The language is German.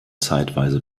zeitweise